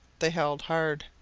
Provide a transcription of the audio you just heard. they held hard.